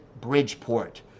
bridgeport